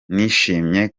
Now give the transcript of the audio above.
nishimye